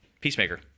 Peacemaker